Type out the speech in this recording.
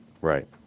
Right